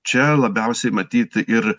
čia labiausiai matyt ir